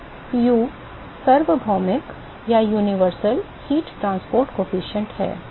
तो U सार्वभौमिक ताप परिवहन गुणांक है